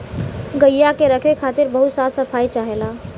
गइया के रखे खातिर बहुत साफ सफाई चाहेला